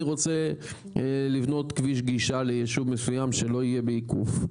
רוצה לבנות כביש גישה ליישוב מסוים שלא יהיה בעיקוף.